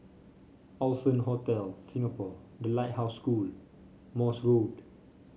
Allson Hotel Singapore The Lighthouse School Morse Road